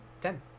Ten